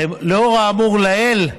לאור האמור לעיל,